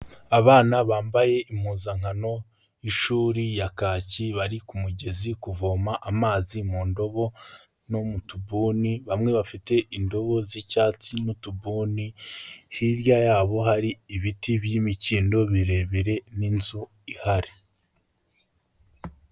Abana bambaye impuzankano y'ishuri ya kaki bari ku mugezi kuvoma amazi mu ndobo no mu tubuni, bamwe bafite indobo z'icyatsi n'utuboni, hirya yabo hari ibiti by'imikindo birebire n'inzu ihari.